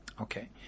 Okay